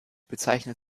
bezeichnet